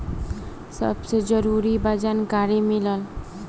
सबसे जरूरी बा जानकारी मिलल